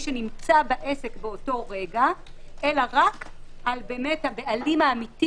שנמצא בעסק באותו רגע אלא רק על הבעלים האמיתי,